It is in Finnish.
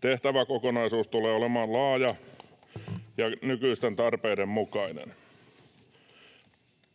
Tehtäväkokonaisuus tulee olemaan laaja ja nykyisten tarpeiden mukainen.